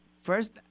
First